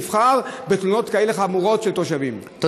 חמורות כאלה של תושבים מול ראש עיר נבחר.